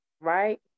right